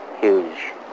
huge